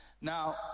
Now